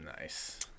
nice